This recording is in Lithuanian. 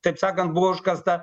taip sakant buvo užkasta